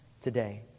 today